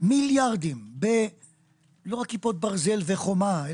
מיליארדים לא רק בכיפות ברזל ובחומה,